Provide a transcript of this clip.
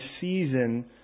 season